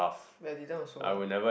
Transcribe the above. but you didn't also what